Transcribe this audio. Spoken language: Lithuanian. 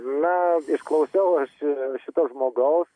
na išklausiau aš šito žmogaus